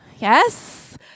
Yes